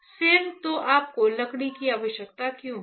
नहीं तो आपको लकड़ी की आवश्यकता क्यों है